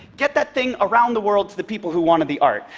get that thing around the world to the people who wanted the art.